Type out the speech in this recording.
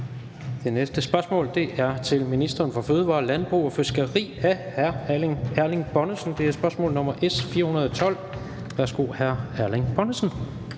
Det næste spørgsmål er til ministeren for fødevarer, landbrug og fiskeri af hr. Erling Bonnesen. Det er spørgsmål nr. S 412. Kl. 16:38 Spm. nr.